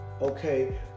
okay